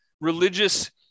religious